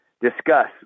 discuss